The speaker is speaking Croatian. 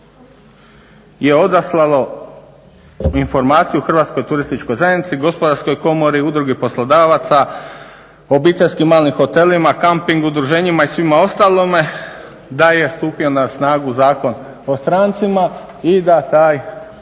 je odaslalo informaciju Hrvatskoj turističkoj zajednici, Gospodarskoj komori, Udruzi poslodavaca, obiteljskim malim hotelima, kamping udruženjima i svima ostalima da je stupio na snagu Zakon o strancima i da taj